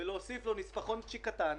ולהוסיף לו נספחונצ'יק קטן,